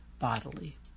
bodily